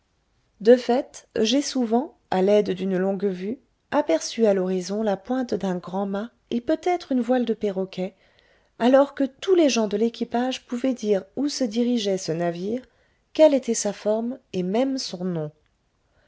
de fait j'ai souvent à l'aide d'une longue-vue aperçu à l'horizon la pointe d'un grand mât et peut-être une voile de perroquet alors que tous les gens de l'équipage pouvaient dire où se dirigeait ce navire quelle était sa forme et même son nom